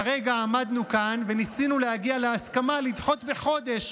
כרגע עמדנו כאן וניסינו להגיע להסכמה לדחות בחודש,